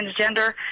transgender